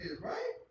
right